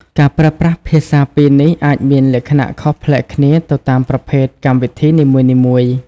ការប្រើប្រាស់ភាសាពីរនេះ អាចមានលក្ខណៈខុសប្លែកគ្នាទៅតាមប្រភេទកម្មវិធីនីមួយៗ។